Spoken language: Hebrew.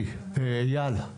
אייל?